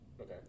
Okay